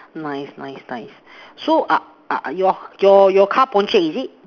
nice nice nice so uh uh your your your car is it